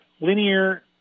linear